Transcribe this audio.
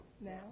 Now